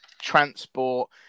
transport